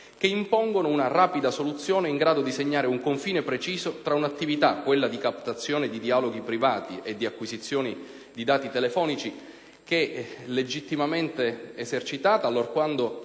che impongono una rapida soluzione in grado di segnare un confine preciso tra un'attività, quella di captazione di dialoghi privati e di acquisizioni di dati telefonici, che è legittimamente esercitata allorquando